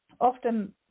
often